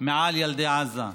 מעל ילדי עזה,